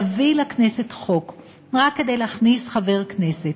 להביא לכנסת חוק רק כדי להכניס חבר כנסת